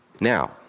Now